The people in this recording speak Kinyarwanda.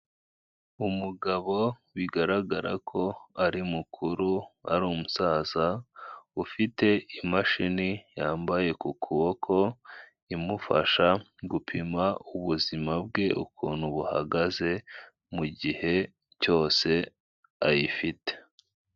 Umugabo bigaragara ko ari mukuru ari umusaza ufite imashini yambaye ku kuboko, imufasha gupima ubuzima bwe ukuntu buhagaze mu gihe cyose ayifite.